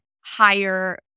higher